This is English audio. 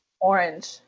Orange